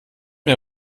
mir